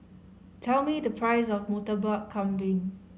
tell me the price of Murtabak Kambing